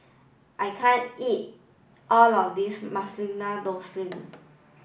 I can't eat all of this Masala Dosa